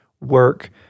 work